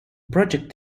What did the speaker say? project